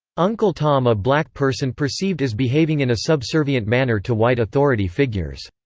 uncle tom a black person perceived as behaving in a subservient manner to white authority figures.